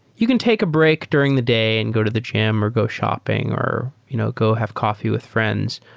you can take a break during the day and go to the gym or go shopping or you know go have coffee with friends,